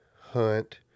hunt